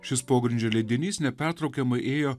šis pogrindžio leidinys nepertraukiamai ėjo